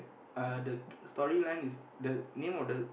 uh the storyline is the name of the